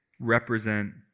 represent